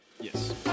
Yes